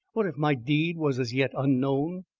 what if my deed was as yet unknown!